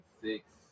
six